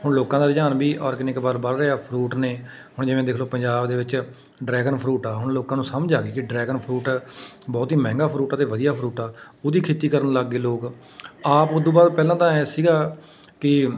ਹੁਣ ਲੋਕਾਂ ਦਾ ਰੁਝਾਨ ਵੀ ਔਰਗਨਿਕ ਵੱਲ ਵੱਧ ਰਿਹਾ ਫਰੂਟ ਨੇ ਹੁਣ ਜਿਵੇਂ ਦੇਖ ਲਓ ਪੰਜਾਬ ਦੇ ਵਿੱਚ ਡਰੈਗਨ ਫਰੂਟ ਆ ਹੁਣ ਲੋਕਾਂ ਨੂੰ ਸਮਝ ਆ ਗਈ ਕਿ ਡਰੈਗਨ ਫਰੂਟ ਬਹੁਤ ਹੀ ਮਹਿੰਗਾ ਫਰੂਟ ਆ ਅਤੇ ਵਧੀਆ ਫਰੂਟ ਆ ਉਹਦੀ ਖੇਤੀ ਕਰਨ ਲੱਗ ਗਏ ਲੋਕ ਆਪ ਉਹ ਤੋਂ ਬਾਅਦ ਪਹਿਲਾਂ ਤਾਂ ਐ ਸੀਗਾ ਕਿ